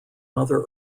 mother